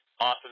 Awesome